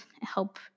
help